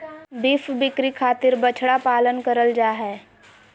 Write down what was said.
beef बिक्री खातिर बछड़ा पालन करल जा हय